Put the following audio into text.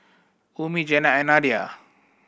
Ummi Jenab and Nadia